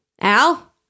Al